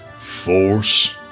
force